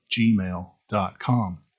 gmail.com